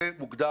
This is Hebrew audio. זה מוגדר